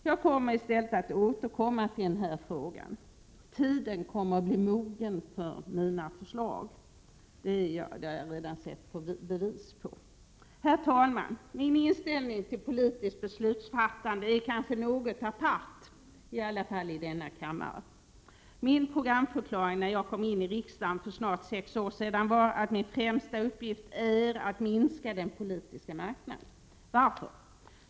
Jag avser i stället att återkomma till den här frågan. Tiden kommer att bli mogen för mina förslag. Det har jag redan sett bevis på. Herr talman! Min inställning till politiskt beslutsfattande är kanske något apart, i alla fall i denna kammare. Min programförklaring när jag kom in i riksdagen för snart sex år sedan var att min främsta uppgift är att minska den politiska marknaden. Varför?